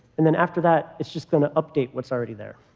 and then after that, it's just going to update what's already there.